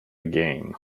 game